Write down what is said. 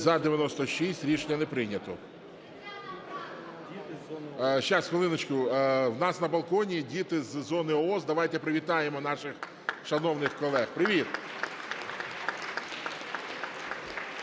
За-96 Рішення не прийнято. Зараз, хвилиночку. У нас на балконі діти із зони ООС. Давайте привітаємо наших шановних колег. Привіт! (Оплески)